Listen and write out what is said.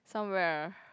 somewhere